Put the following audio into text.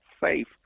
safe